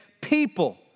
people